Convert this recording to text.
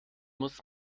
muss